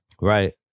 Right